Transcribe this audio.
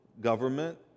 government